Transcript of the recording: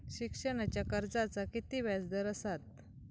शिक्षणाच्या कर्जाचा किती व्याजदर असात?